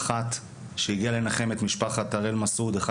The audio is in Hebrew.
מח"ט שהגיע לנחם את משפחת הראל מסעוד אחד